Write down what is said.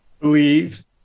believe